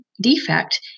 defect